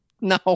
No